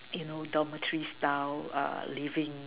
you know dormitory style uh living